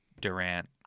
Durant